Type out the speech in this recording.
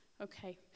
Okay